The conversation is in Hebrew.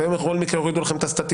והם יורידו לכם את הסטטיסטיקה,